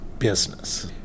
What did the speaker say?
business